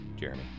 jeremy